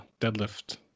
deadlift